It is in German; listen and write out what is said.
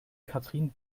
katrin